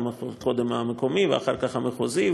קודם המקומי ואחר כך המחוזי,